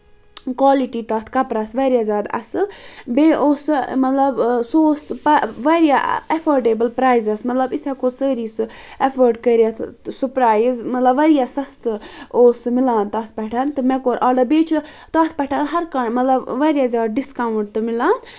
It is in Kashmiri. کالٹی تَتھ کَپرَس واریاہ زیادٕ اَصٕل بیٚیہِ اوس سُہ مطلب سُہ اوس واریاہ ایفٲڈیبٕل پریزس مطلب أسۍ ہیٚکَو سٲری سُہ ایفٲڈ کٔرِتھ تہٕ سُہ پریِز مطلب واریاہ سَستہٕ اوس سُہ مِلان تَتھ پٮ۪ٹھ تہٕ مےٚ کوٚر آرڈر بیٚیہِ چھُ تَتھ پٮ۪ٹھ ہر کانٛہہ مطلب واریاہ زیادٕ ڈِسکَوُنٹ تہِ مِلان